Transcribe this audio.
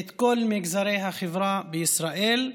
את כל מגזרי החברה בישראל,